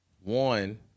one